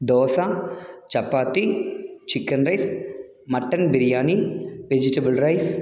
dosa chapati chicken rice mutton biryani vegetable rice